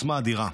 עוצמה אדירה.